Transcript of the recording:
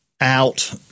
out